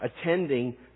attending